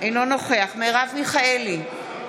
אתם לא רואים את האנשים שאין להם מה לאכול, לא